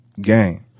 game